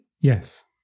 Yes